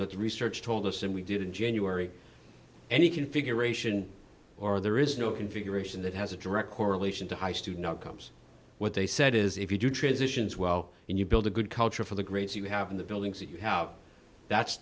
that research told us when we did in january any configuration or there is no configuration that has a direct correlation to high student outcomes what they said is if you do transitions well and you build a good culture for the grades you have in the buildings that you have that's